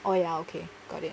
oh ya okay got it